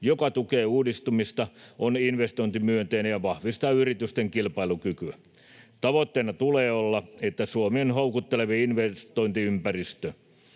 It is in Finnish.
joka tukee uudistumista, on investointimyönteinen ja vahvistaa yritysten kilpailukykyä. Tavoitteena tulee olla, että Suomi on houkuttelevin investointiympäristö.